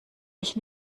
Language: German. ich